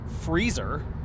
freezer